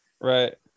Right